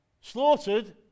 slaughtered